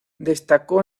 destacó